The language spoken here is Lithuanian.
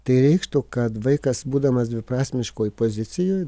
tai reikštų kad vaikas būdamas dviprasmiškoj pozicijoj